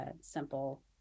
simple